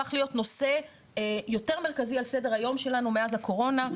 הפך להיות נושא יותר מרכזי על סדר היום שלנו מאז הקורונה.